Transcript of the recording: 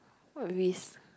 what risk